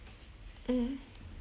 mmhmm